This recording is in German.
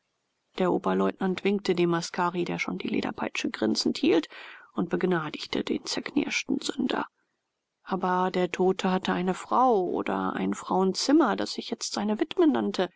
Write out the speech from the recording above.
der oberleutnant winkte dem askari der schon die lederpeitsche grinsend hielt und begnadigte den zerknirschten sünder aber der tote hatte eine frau oder ein frauenzimmer das sich jetzt seine witwe nannte